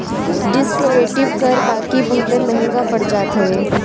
descriptive कर बाकी बहुते महंग पड़ जात हवे